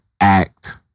act